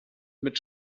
mit